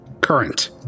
Current